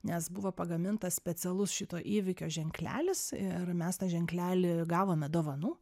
nes buvo pagamintas specialus šito įvykio ženklelis ir mes tą ženklelį gavome dovanų